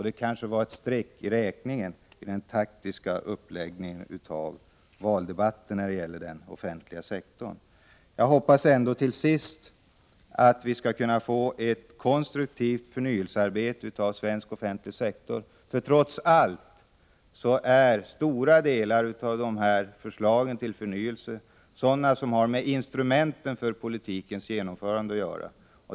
Det kanske var ett streck i räkningen i den taktiska uppläggningen av valdebatten när det gäller den offentliga sektorn. Jag hoppas till sist att vi skall få till stånd ett konstruktivt förnyelsearbete för den svenska offentliga sektorn, därför att stora delar av förslagen till förnyelse trots allt har att göra med instrumenten för politikens genomförande.